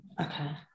Okay